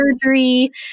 surgery